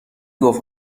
گفت